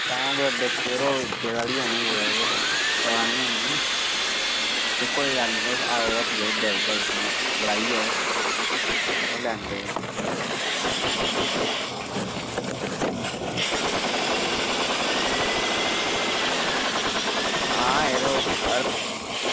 तां गै बिच्च यरो ओह् गेदा उठी औना कुदै ते पता निं हून मिगी ते कोई गल्ल निं तुस आओ हट्टिया देई ओड़गा तुसें ई अ'ऊं बटाइयै ते तुस लैंदे आओ आं यरो